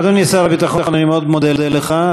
אדוני שר הביטחון, אני מאוד מודה לך.